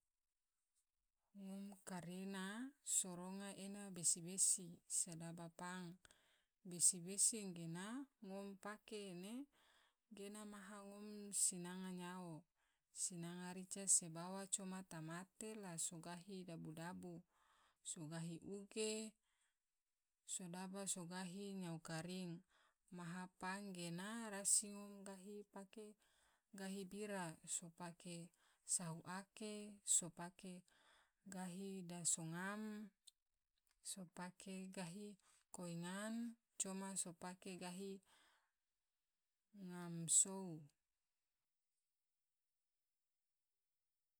Ngom karena so ronga ena besi-besi sedaba pang, besi-besi gena ngom pake ena maha ngom sinanga nyao, sinanga rica se bawang coma tamate, la so gahi dabu-dabu so gahi uge, sodaba so gahi nyao karing, maha pang gena rasi ngom gahi pake gahi bira, so pake sahu ake, so pake gahi daso ngan, so pake gahi koi ngan. coma so pake gahi ngam sou.